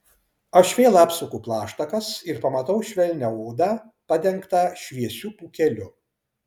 aš vėl apsuku plaštakas ir pamatau švelnią odą padengtą šviesiu pūkeliu